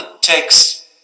takes